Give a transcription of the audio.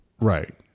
Right